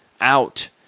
out